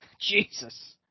Jesus